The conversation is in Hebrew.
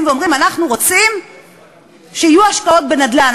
ואומרים: אנחנו רוצים שיהיו השקעות בנדל"ן,